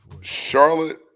Charlotte